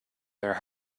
their